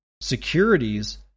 securities